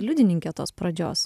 liudininkė tos pradžios